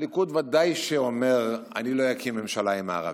בוודאי שהליכוד אומר: אני לא אקים ממשלה עם הערבים,